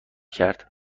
کرد